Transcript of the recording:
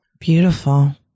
Beautiful